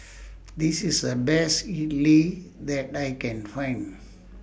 This IS The Best Idili that I Can Find